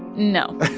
no